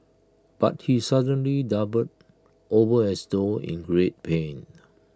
but he suddenly doubled over as though in great pain